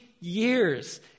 years